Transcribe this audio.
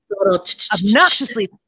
obnoxiously